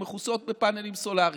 שמכוסים בפאנלים סולריים.